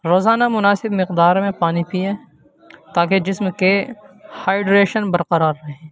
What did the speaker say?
روزانہ مناسب مقدار میں پانی پئیں تاکہ جسم کے ہائیڈریشن برقرار رہیں